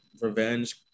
revenge